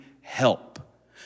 help